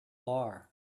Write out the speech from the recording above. bar